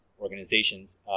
organizations